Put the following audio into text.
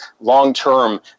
Long-term